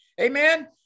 Amen